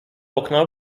okna